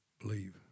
Believe